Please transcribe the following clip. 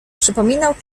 przypominał